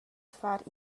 far